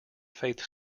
faith